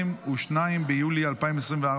22 ביולי 2024,